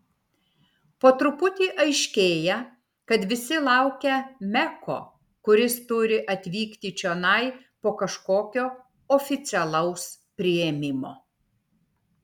po truputį aiškėja kad visi laukia meko kuris turi atvykti čionai po kažkokio oficialaus priėmimo